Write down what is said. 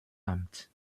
amt